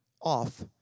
off